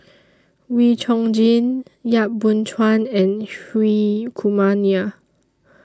Wee Chong Jin Yap Boon Chuan and Hri Kumar Nair